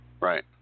Right